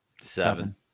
seven